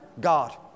God